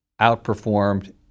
outperformed